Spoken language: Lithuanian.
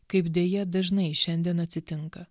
kaip deja dažnai šiandien atsitinka